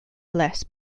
less